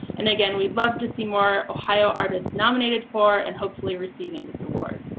and again, we'd love to see more ohio artists nominated for and hopefully receiving this award.